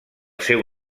seu